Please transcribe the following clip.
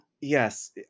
yes